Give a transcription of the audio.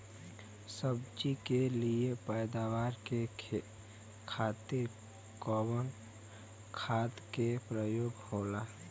सब्जी के लिए पैदावार के खातिर कवन खाद के प्रयोग होला?